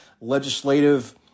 legislative